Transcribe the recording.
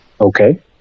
Okay